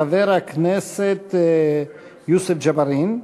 חבר הכנסת יוסף ג'בארין.